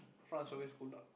France always good luck